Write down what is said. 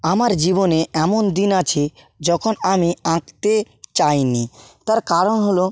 আমার জীবনে এমন দিন আছে যখন আমি আঁকতে চাইনি তার কারণ হল